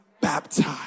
baptized